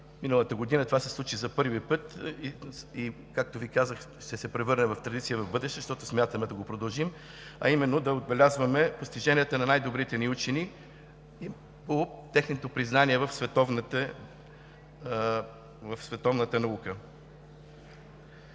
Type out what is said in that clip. Миналата година това се случи за първи път и, както Ви казах, ще се превърне в традиция в бъдеще, защото смятаме да го продължим, а именно да отбелязваме постиженията на най-добрите ни учени по тяхното признание в световната наука.